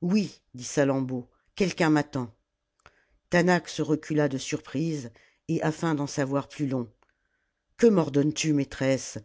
oui dit salammbô quelqu'un m'attend taanach se recula de surprise et afin d'en savoir plus long qiie mordonnes tu maîtresse